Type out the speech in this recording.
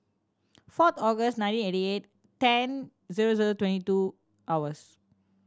four August nineteen eighty eight ten zero zero twenty two hours